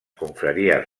confraries